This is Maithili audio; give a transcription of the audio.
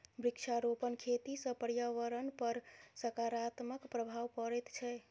वृक्षारोपण खेती सॅ पर्यावरणपर सकारात्मक प्रभाव पड़ैत छै